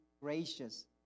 gracious